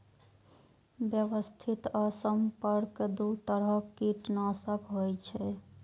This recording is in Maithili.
व्यवस्थित आ संपर्क दू तरह कीटनाशक होइ छै